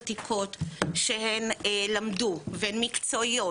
עובדות ותיקות שהן למדו והן מקצועיות,